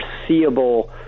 foreseeable